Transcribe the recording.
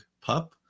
pup